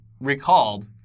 recalled